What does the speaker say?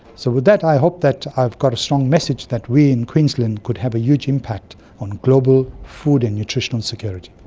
so with that i hope that i've got a strong message that we in queensland could have a huge impact on global food and nutritional security.